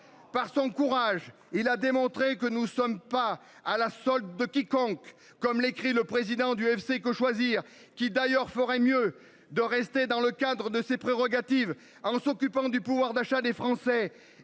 Par son courage il a démontré que nous sommes pas à la solde de quiconque. Comme l'écrit le président du FC que choisir qui d'ailleurs ferait mieux de rester dans le cadre de ses prérogatives en s'occupant du pouvoir d'achat des Français